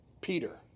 Peter